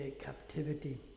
captivity